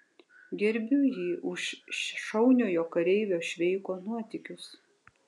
gerbiu jį už šauniojo kareivio šveiko nuotykius